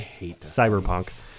cyberpunk